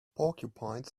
porcupine